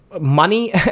money